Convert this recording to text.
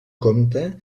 comte